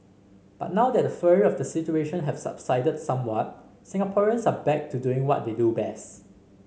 but now that the fury of the situation have subsided somewhat Singaporeans are back to doing what they do best